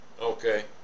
Okay